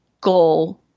goal